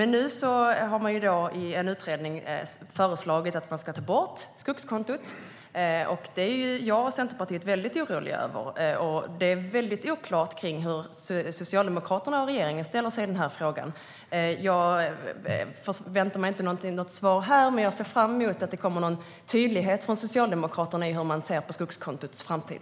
Nu har det föreslagits i en utredning att man ska ta bort skogskontot. Det är jag och Centerpartiet väldigt oroliga över. Det är oklart hur Socialdemokraterna och regeringen ställer sig i den frågan. Jag förväntar mig inte något svar här, men jag ser fram emot att Socialdemokraterna är tydliga med hur de ser på skogskontots framtid.